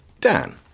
Dan